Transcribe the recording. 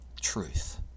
truth